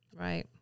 Right